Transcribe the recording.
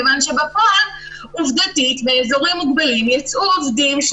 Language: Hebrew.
כיוון שבפועל עובדתית באזורים מוגבלים יצאו עובדים של